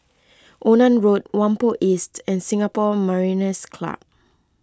Onan Road Whampoa East and Singapore Mariners' Club